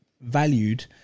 valued